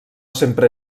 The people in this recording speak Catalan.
sempre